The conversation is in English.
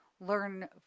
learn